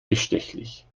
bestechlich